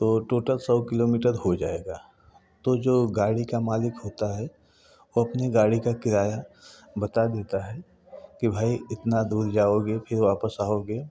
तो टोटल सौ किलोमीटर हो जाएगा तो जो गाड़ी का मालिक होता है वो अपने गाड़ी का किराया बता देता है कि भाई इतना दूर जाओगे फिर वापस आओगे